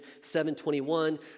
7.21